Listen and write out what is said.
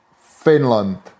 Finland